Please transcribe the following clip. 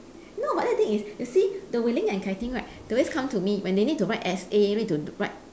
no but then the thing is you see the wei-ling and kai-ting right they will always come to me when they need to write essay need to write